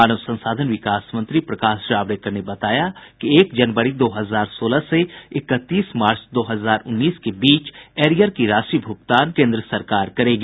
मानव संसाधन विकास मंत्री प्रकाश जावड़ेकर ने बताया कि एक जनवरी दो हजार सोलह से इकतीस मार्च दो हजार उन्नीस के बीच एरियर की राशि का भुगतान भी केन्द्र सरकार करेगी